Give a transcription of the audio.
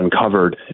uncovered